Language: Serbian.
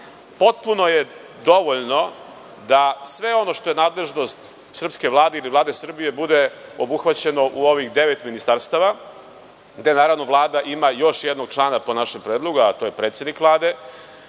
kulture. Potpuno je dovoljno da sve ono što je nadležnost Vlade Srbije bude obuhvaćeno u ovih devet ministarstava, gde Vlada ima još jednog člana po našem predlogu, a to je predsednik Vlade.